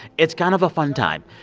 it's kind of a fun time.